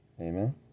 Amen